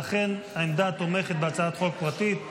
ואכן, העמדה תומכת בהצעת חוק פרטית.